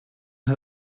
hat